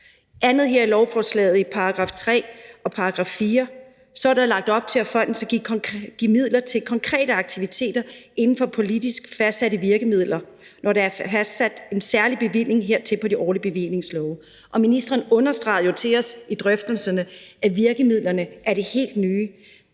klart. Til lovforslagets § 3 og § 4: Der er lagt op til, at fonden skal give midler til konkrete aktiviteter inden for politisk fastsatte virkemidler, når der er fastsat en særlig bevilling hertil på de årlige bevillingslove, og ministeren understregede over for os under drøftelserne, at virkemidlerne er det helt nye,